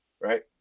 right